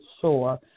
sure